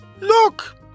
Look